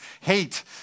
hate